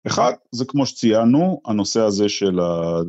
אחד, זה כמו שציינו, הנושא הזה של ה...